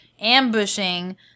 ambushing